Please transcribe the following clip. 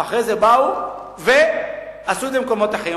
ואחר כך באו ועשו את זה במקומות אחרים.